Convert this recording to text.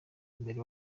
mbere